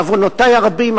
בעוונותי הרבים,